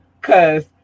Cause